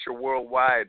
worldwide